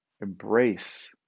embrace